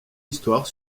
histoire